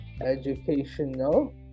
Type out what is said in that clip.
educational